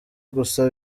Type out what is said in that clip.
gusa